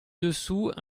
dessous